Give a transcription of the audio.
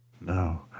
No